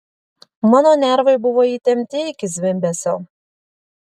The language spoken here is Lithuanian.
mano nervai buvo įtempti iki zvimbesio